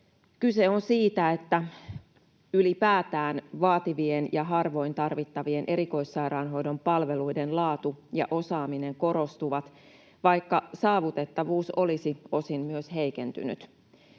Kyse on siitä, että ylipäätään vaativien ja harvoin tarvittavien erikoissairaanhoidon palveluiden laatu ja osaaminen korostuvat, vaikka saavutettavuus olisi osin myös heikentynyt.